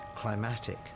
climatic